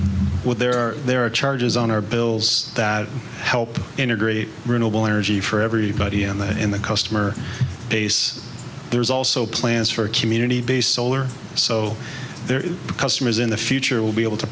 what there are there are charges on our bills that help integrate renewable energy for everybody and in the customer base there's also plans for community based solar so their customers in the future will be able to